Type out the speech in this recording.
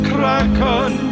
Kraken